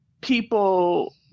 people